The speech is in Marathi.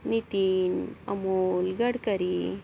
नितीन अमोल गडकरी